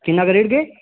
किन्ना करी उड़गे